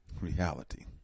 Reality